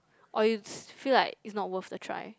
or you s~ feel like it's not worth the try